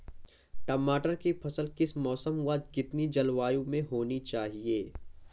टमाटर की फसल किस मौसम व कितनी जलवायु में होनी चाहिए?